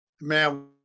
Man